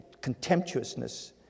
contemptuousness